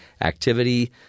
activity